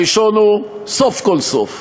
הראשון, סוף-כל-סוף,